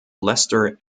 lester